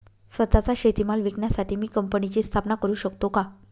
स्वत:चा शेतीमाल विकण्यासाठी मी कंपनीची स्थापना करु शकतो का?